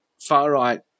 far-right